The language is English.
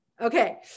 Okay